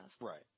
Right